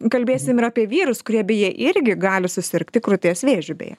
kalbėsim ir apie vyrus kurie beje irgi gali susirgti krūties vėžiu beje